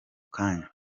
kanya